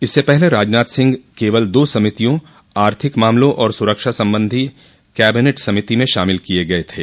इससे पहले राजनाथ सिंह केवल दो समितियों आर्थिक मामलों और सुरक्षा संबंधी कैबिनेट समिति में शामिल किये गये थें